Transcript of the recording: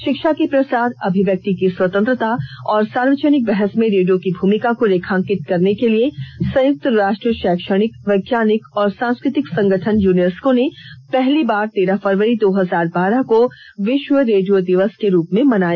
षिक्षा के प्रसार अभिव्यक्ति की स्वतंत्रता और सार्वजनिक बहस में रेडियो की भूमिका को रेखांकित करने के लिए संयुक्त राष्ट्र शैक्षणिक वैज्ञानिक और सांस्कृतिक संगठन यूनेस्को ने पहली बार तेरह फरवरी दो हजार बारह को विष्व रेडियो दिवस के रूप में मनाया